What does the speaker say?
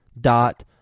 dot